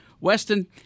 Weston